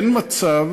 אין מצב